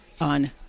on